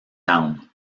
town